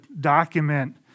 document